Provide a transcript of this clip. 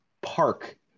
park